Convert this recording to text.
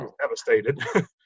Devastated